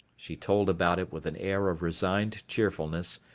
she told about it with an air of resigned cheerfulness,